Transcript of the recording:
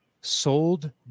sold